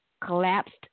collapsed